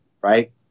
right